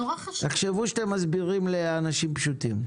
תחשבו שאתם מסבירים לאנשים פשוטים.